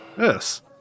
Yes